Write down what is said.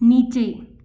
नीचे